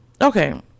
okay